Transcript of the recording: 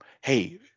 Hey